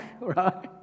right